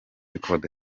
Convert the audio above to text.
record